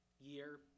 year